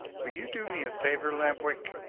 will you do me a favor, lamp-wick?